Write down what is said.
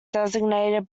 designated